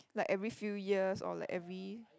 like every few years or like every